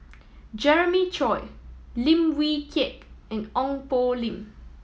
Jeremiah Choy Lim Wee Kiak and Ong Poh Lim